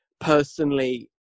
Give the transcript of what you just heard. personally